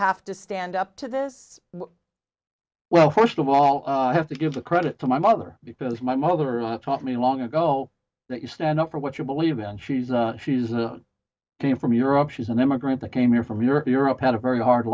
have to stand up to this well first of all i have to give credit to my mother because my mother taught me long ago that you stand up for what you believe and she's a she's a came from europe she's an immigrant that came here from europe europe had a very hard